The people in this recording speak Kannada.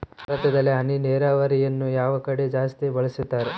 ಭಾರತದಲ್ಲಿ ಹನಿ ನೇರಾವರಿಯನ್ನು ಯಾವ ಕಡೆ ಜಾಸ್ತಿ ಬಳಸುತ್ತಾರೆ?